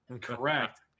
correct